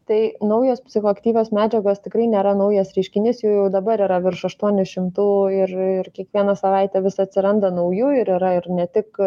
tai naujos psichoaktyvios medžiagos tikrai nėra naujas reiškinys jų jau dabar yra virš aštuonių šimtų ir ir kiekvieną savaitę vis atsiranda naujų ir yra ir ne tik